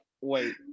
wait